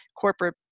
corporate